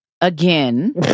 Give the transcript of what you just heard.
Again